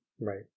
right